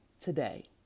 today